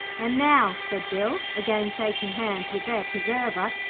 and now said bill, again shaking hands with their preserver,